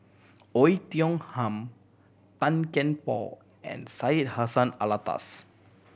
Oei Tiong Ham Tan Kian Por and Syed Hussein Alatas